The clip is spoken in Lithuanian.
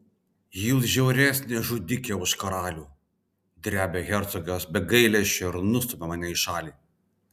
jūs žiauresnė žudikė už karalių drebia hercogas be gailesčio ir nustumia mane į šalį